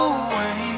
away